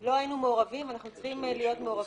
לא היינו מעורבים ואנחנו צריכים להיות מעורבים.